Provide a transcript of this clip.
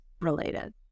related